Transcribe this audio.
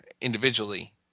individually